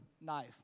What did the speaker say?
knife